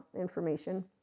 information